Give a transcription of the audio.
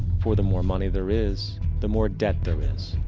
for the more money there is the more debt there is.